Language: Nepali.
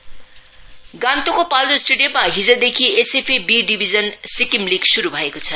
फूटबल गान्तोकको पाल्जोर स्टेडियममा हिजदेखि SFA B division Sikkim league श्रु बएको छ